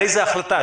על איזה החלטה?